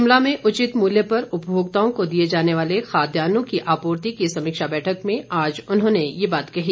शिमला में उचित मूल्य पर उपभोक्ताओं को दिए जाने वाले खाद्यान्नों की आपूर्ति की समीक्षा बैठक में आज उन्होंने ये बात कही